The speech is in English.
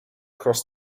cross